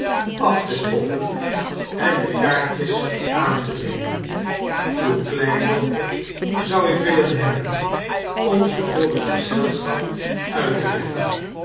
af te stoffen en de kaartjes aan te nemen uwe kleindochter zou ik willen hebben om ze voor het gezelschap uit te leggen